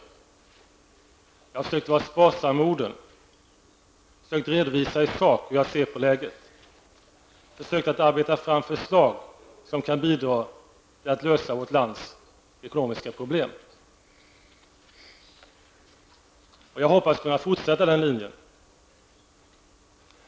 Jag har försökt att vara sparsam med orden, sökt redovisa i sak hur jag ser på läget och försökt arbeta fram förslag som kan bidra till en lösning av vårts lands ekonomiska problem. Jag hoppas att jag skall kunna fortsätta på den linjen.